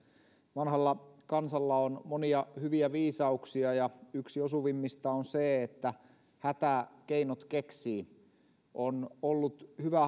vanhalla kansalla on monia hyviä viisauksia ja yksi osuvimmista on se että hätä keinot keksii on ollut hyvä